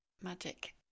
magic